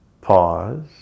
Pause